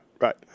right